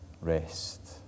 rest